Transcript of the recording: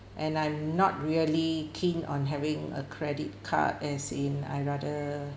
and I'm not really keen on having a credit card as in I rather